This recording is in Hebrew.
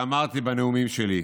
שאמרתי בנאומים שלי.